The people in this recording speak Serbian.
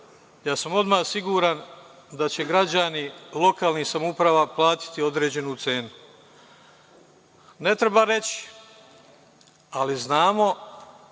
odmah sam siguran da će građani lokalnih samouprava plaćati određenu cenu. Ne treba reći, ali znamo